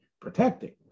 protecting